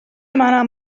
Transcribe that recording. منم